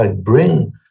Bring